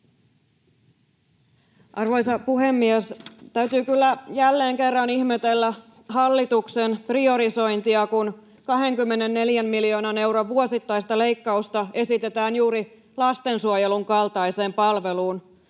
Arvoisa puhemies! Täytyy kyllä jälleen kerran ihmetellä hallituksen priorisointia, kun 24 miljoonan euron vuosittaista leikkausta esitetään juuri lastensuojelun kaltaiseen palveluun,